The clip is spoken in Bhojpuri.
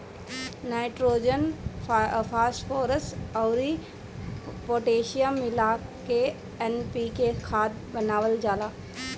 नाइट्रोजन, फॉस्फोरस अउर पोटैशियम मिला के एन.पी.के खाद बनावल जाला